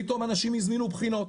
פתאום אנשים הזמינו בחינות,